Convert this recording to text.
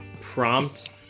prompt